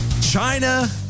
China